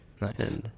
Nice